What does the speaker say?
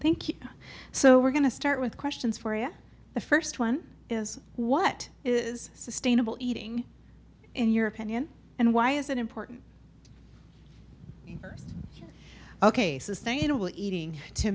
you so we're going to start with questions for the first one is what is sustainable eating in your opinion and why is it important for you ok sustainable eating to